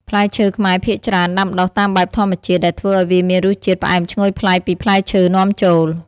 ផ្លែឈើខ្មែរភាគច្រើនដាំដុះតាមបែបធម្មជាតិ ដែលធ្វើឱ្យវាមានរសជាតិផ្អែមឈ្ងុយប្លែកពីផ្លែឈើនាំចូល។